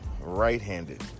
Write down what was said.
right-handed